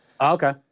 Okay